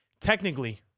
Technically